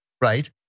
right